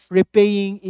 repaying